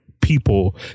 people